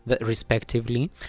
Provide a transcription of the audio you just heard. respectively